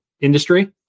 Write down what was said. industry